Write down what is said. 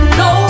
no